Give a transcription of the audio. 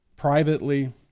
privately